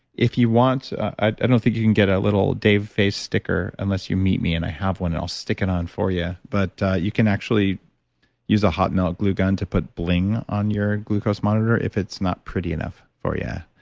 if you want, i don't think you can get a little dave face sticker unless you meet me and i have one and i'll stick it on for you yeah but you can actually use a hot melt glue gun to put bling on your glucose monitor if it's not pretty enough for yeah